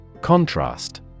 Contrast